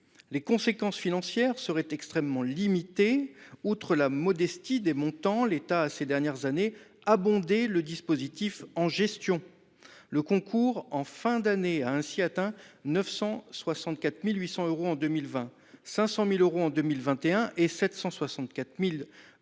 Les conséquences financières seraient extrêmement limitées : outre la modestie des montants, l’État a, ces dernières années, abondé le dispositif en gestion. Le concours en fin d’année a ainsi atteint 964 800 euros en 2020, quelque 500 000 euros en 2021 et 764 800 euros